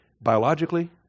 biologically